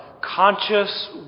conscious